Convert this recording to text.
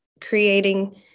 creating